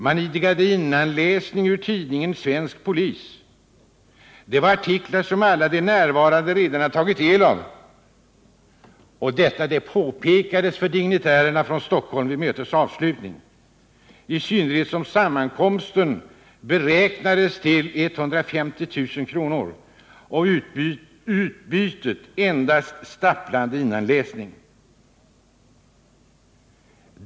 Man idkade innanläsning ur tidningen Svensk Polis. Det var artiklar som alla de närvarande redan hade tagit del av. Detta påpekades också vid mötets avslutning. Mot bakgrund av att sammankomsten beräknades kosta omkring 150 000 kr. var utbytet, endast stapplande innanläsning, klent.